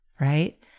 right